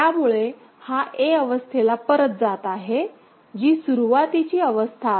त्यामुळे हा a अवस्थेला परत जात आहे जी सुरुवातीची अवस्था आहे